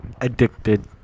Addicted